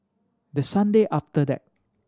the Sunday after that